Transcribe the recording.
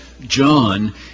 John